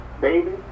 baby